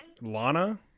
lana